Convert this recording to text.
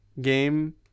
game